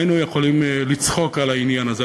היינו יכולים באמת לצחוק על העניין הזה.